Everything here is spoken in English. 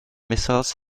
missiles